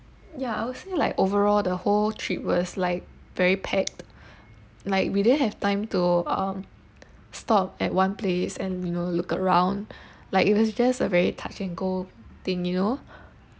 ya I would say like overall the whole trip was like very packed like we didn't have time to uh stop at one place and you know look around like it was just a very touch and go thing you know